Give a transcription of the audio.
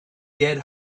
dead